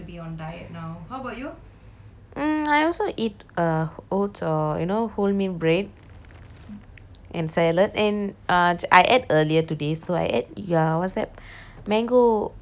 mm I also eat err oats or you know wholemeal bread and salad and err I ate earlier today so I ate what's that mango yogurt the mango peach yogurt